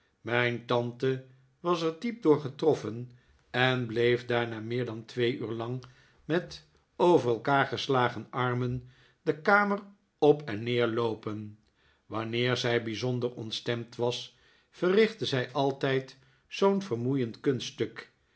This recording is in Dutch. mijn tante was er diep door getroffen en bleef daarna meer dan twee uur lang met over elkaar geslagen armen de kamer op en neer loopen wanneer zij bijzonder ontstemd was verrichtte zij altijd zoo'n vermoeiend